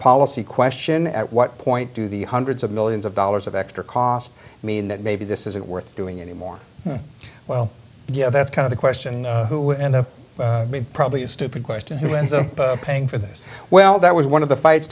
policy question at what point do the hundreds of millions of dollars of extra costs mean that maybe this isn't worth doing anymore well yeah that's kind of the question and the probably a stupid question who ends up paying for this well that was one of the fights